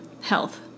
health